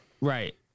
Right